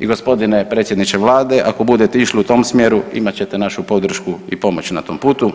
I g. predsjedniče Vlade, ako budete išli u tom smjeru, imat ćete našu podršku i pomoć na tom putu,